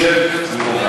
שב, אדוני.